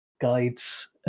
guides